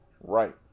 Right